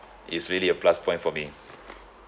is really a plus point for me